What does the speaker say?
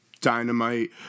Dynamite